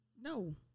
no